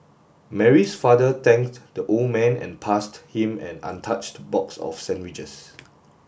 Mary's father thanked the old man and passed him an untouched box of sandwiches